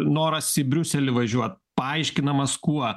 noras į briuselį važiuot paaiškinamas kuo